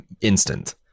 instant